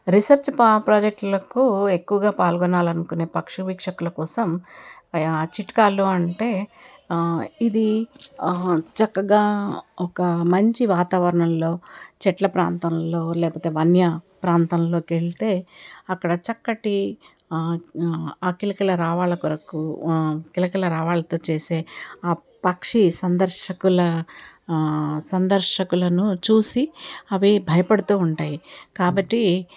research పా ప్రాజెక్టులకు ఎక్కువగా పాల్గొనాలనుకునే పక్షి వీక్షకుల కోసం చిట్కాలు అంటే ఇది చక్కగా ఒక మంచి వాతావరణంలో చెట్ల ప్రాంతంలో లేకపోతే వన్య ప్రాంతంలోకి వెళితే అక్కడ చక్కటి కిలకిల రావాల కొరకు కిలకల రావాలతో చేసే ఆ పక్షి సందర్శకుల సందర్శకులను చూసి అవే భయపడుతూ ఉంటాయి కాబట్టి